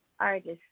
artist